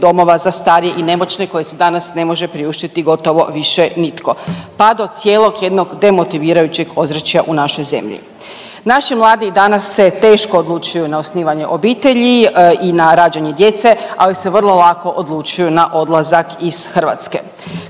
domova za starije i nemoćne koji se danas ne može priuštiti gotovo više nitko, pad od cijelog jednog demotivirajućeg ozračja u našoj zemlji. Naši mladi i danas se teško odlučuju na osnivanje obitelji i na rađanje djece, ali se vrlo lako odlučuju na odlazak iz Hrvatske.